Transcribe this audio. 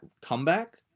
comeback